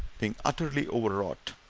being utterly overwrought,